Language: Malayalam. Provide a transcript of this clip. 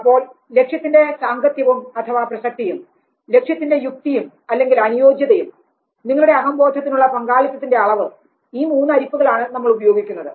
അപ്പോൾ ലക്ഷ്യത്തിന്റെ സാങ്കത്യവും അഥവാ പ്രസക്തിയും ലക്ഷ്യത്തിന്റെ യുക്തിയും അല്ലെങ്കിൽ അനുയോജ്യതയും നിങ്ങളുടെ അഹംബോധത്തിനുള്ള പങ്കാളിത്തത്തിന്റെ അളവ് ഈ മൂന്ന് അരിപ്പകളാണ് നമ്മൾ ഉപയോഗിക്കുന്നത്